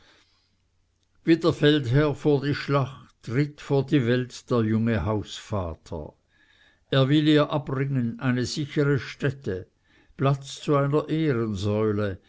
vor die schlacht trittet vor die welt der junge hausvater er will ihr abringen eine sichere stätte platz zu einer ehrensäule